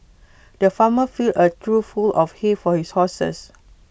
the farmer filled A trough full of hay for his horses